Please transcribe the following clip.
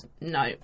no